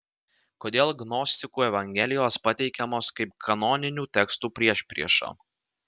kodėl gnostikų evangelijos pateikiamos kaip kanoninių tekstų priešprieša